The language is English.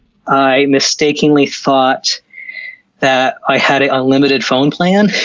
i mistakenly thought that i had an unlimited phone plan,